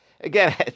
again